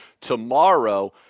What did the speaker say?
tomorrow